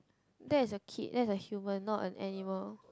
that is a kid that is a human not an animal